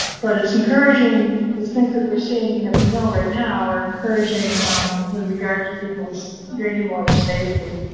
but it's encouraging the things that we're seeing that we know right now are encouraging with regard to people's drinking water safety.